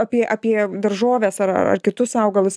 apie apie daržoves ar kitus augalus